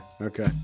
okay